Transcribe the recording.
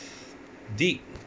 dig